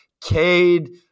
Cade